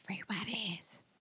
everybody's